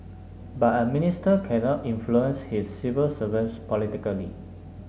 but a minister cannot influence his civil servants politically